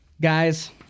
Guys